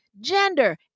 gender